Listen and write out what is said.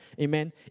Amen